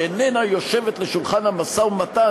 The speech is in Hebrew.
שאיננה יושבת לשולחן המשא-ומתן,